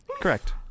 Correct